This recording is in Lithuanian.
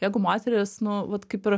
jeigu moteris nu vat kaip ir